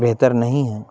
بہتر نہیں ہے